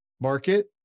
market